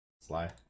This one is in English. Sly